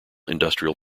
industrial